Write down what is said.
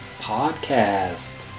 podcast